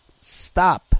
stop